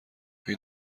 این